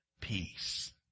peace